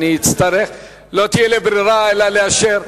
לא תהיה לי ברירה אלא לאשר,